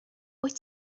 wyt